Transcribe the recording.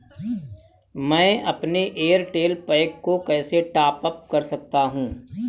मैं अपने Airtel pack को कैसे टॉप अप कर सकता हूँ?